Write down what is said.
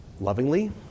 lovingly